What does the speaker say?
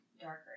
Darker